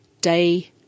Day